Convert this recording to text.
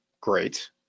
great